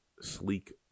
sleek